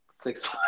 six